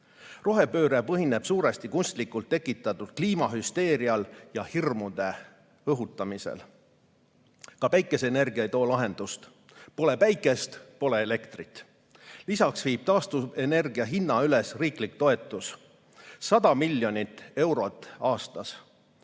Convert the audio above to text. saastest. Rohepööre põhineb suuresti kunstlikult tekitatud kliimahüsteerial ja hirmude õhutamisel. Ka päikeseenergia ei too lahendust: pole päikest, pole elektrit. Lisaks viib taastuvenergia hinna üles riiklik toetus – 100 miljonit eurot aastas